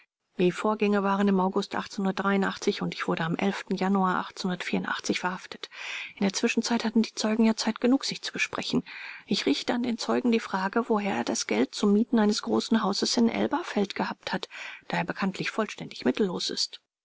die vorgänge waren im august und ich wurde am januar verhaftet in der zwischenzeit hatten die zeugen ja zeit genug sich zu besprechen ich richte an den zeugen die frage woher er das geld zum mieten eines großen hauses in elberfeld gehabt hat da er bekanntlich vollständig mittellos ist